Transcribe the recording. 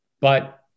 but-